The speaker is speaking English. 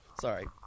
Sorry